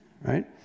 right